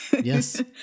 Yes